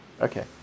Okay